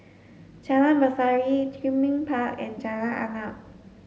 Jalan Berseri Greenbank Park and Jalan Arnap